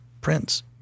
prince